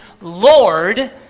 Lord